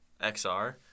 XR